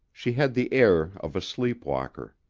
she had the air of a sleep-walker.